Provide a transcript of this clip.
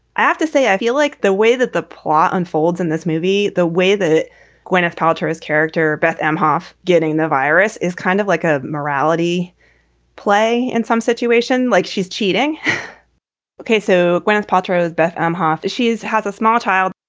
i have to say, i feel like the way that the plot unfolds in this movie, the way that gwyneth paltrow's character, beth imhoff getting the virus is kind of like a morality play in some situation, like she's cheating ok, so gwyneth paltrow, beth imhoff, as she is, has a small child,